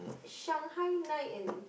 Shanghai night and